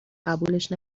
قبولش